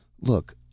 Look